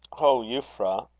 oh, euphra!